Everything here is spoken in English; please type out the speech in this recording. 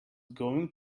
going